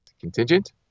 contingent